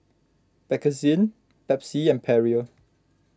Bakerzin Pepsi and Perrier